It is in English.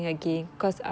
ah